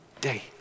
day